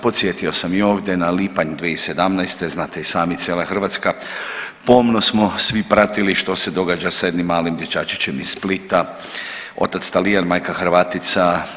Podsjetio sam i ovdje na lipanj 2017. znate i sami cijela Hrvatska pomno smo svi pratili što se događa sa jednim malim dječaćićem iz Splita, otac Talijan, majka Hrvatica.